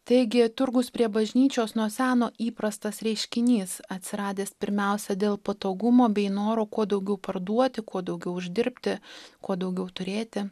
taigi turgus prie bažnyčios nuo seno įprastas reiškinys atsiradęs pirmiausia dėl patogumo bei noro kuo daugiau parduoti kuo daugiau uždirbti kuo daugiau turėti